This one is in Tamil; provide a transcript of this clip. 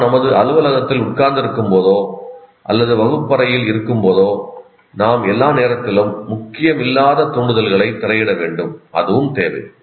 நாம் நமது அலுவலகத்தில் உட்கார்ந்திருக்கும்போதோ அல்லது வகுப்பறையில் இருக்கும்போதோ நாம் எல்லா நேரத்திலும் முக்கியமில்லாத தூண்டுதல்களைத் திரையிட வேண்டும் அதுவும் தேவை